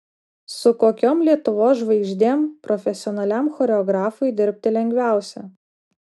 su kokiom lietuvos žvaigždėm profesionaliam choreografui dirbti lengviausia